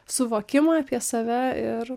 suvokimą apie save ir